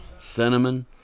Cinnamon